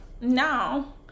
now